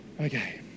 okay